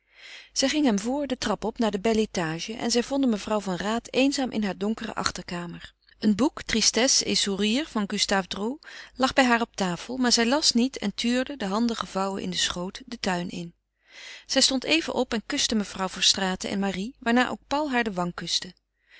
zij ging hem voor de trap op naar de bel étage en zij vonden mevrouw van raat eenzaam in haar donkere achterkamer een boek tristesses et sourires van gustave droz lag bij haar op tafel maar zij las niet en tuurde de handen gevouwen in den schoot den tuin in zij stond even op en kuste mevrouw verstraeten en marie waarna ook paul haar de wang kuste